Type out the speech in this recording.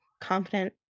confident